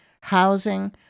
housing